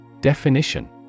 Definition